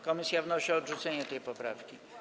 Komisja wnosi o odrzucenie tej poprawki.